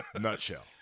nutshell